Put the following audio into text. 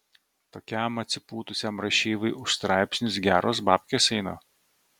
tokiam atsipūtusiam rašeivai už straipsnius geros babkės eina